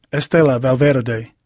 estela valverde.